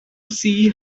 see